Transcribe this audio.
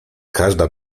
każda